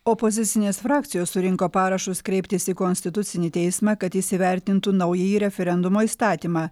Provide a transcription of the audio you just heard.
opozicinės frakcijos surinko parašus kreiptis į konstitucinį teismą kad jis įvertintų naująjį referendumo įstatymą